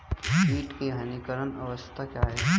कीट की हानिकारक अवस्था क्या है?